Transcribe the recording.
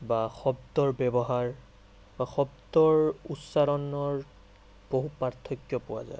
বা শব্দৰ ব্যৱহাৰ বা শব্দৰ উচ্চাৰণৰ বহু পাৰ্থক্য পোৱা যায়